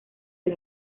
del